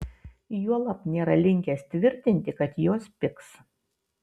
juolab nėra linkęs tvirtinti kad jos pigs